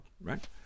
right